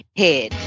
head